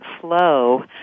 flow